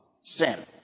sin